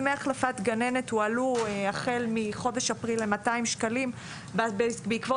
דמי החלפת גננת הועלו החל מחודש אפריל ל-200 שקלים בעקבות